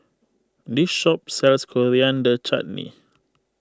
this shop sells Coriander Chutney